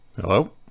Hello